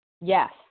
Yes